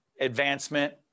advancement